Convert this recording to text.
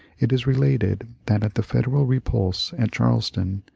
it is related that, at the federal repulse at charleston,